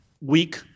weak